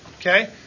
Okay